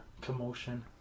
commotion